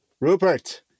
Rupert